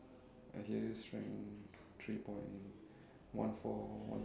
I hear you strength three point one four one